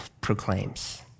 proclaims